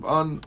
on